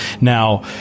Now